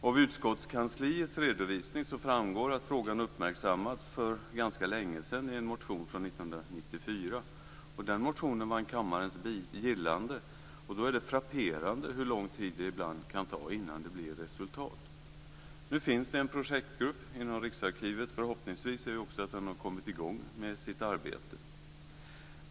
Av utskottskansliets redovisning framgår att frågan uppmärksammats för ganska länge sedan i en motion från 1994, och motionen vann kammarens gillande. Det är frapperande hur lång tid det ibland kan ta innan det blir resultat. Nu finns det en projektgrupp inom Riksarkivet som förhoppningsvis har kommit i gång med sitt arbete.